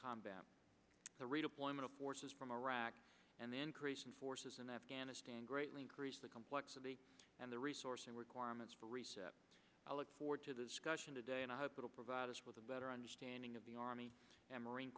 combat the redeployment of forces from iraq and increasing forces in afghanistan greatly increase the complexity and the resourcing requirements for reset i look forward to the discussion today and i hope it'll provide us with a better understanding of the army and marine